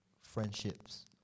friendships